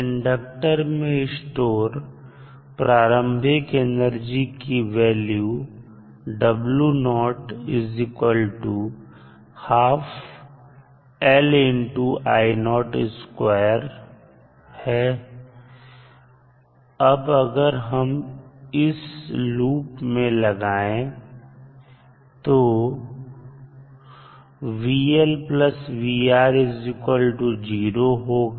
inductor में store प्रारंभिक energy की वैल्यू होगी अब अगर हम इस लूप में लगाएं तो होगा